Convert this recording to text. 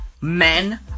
Men